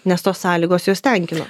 nes tos sąlygos juos tenkino